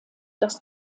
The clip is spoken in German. das